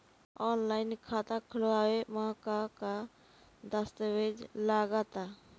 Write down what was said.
Online खाता खूलावे म का का दस्तावेज लगा ता?